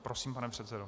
Prosím, pane předsedo.